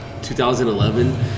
2011